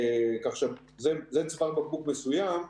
כך שזה צוואר בקבוק מסוים.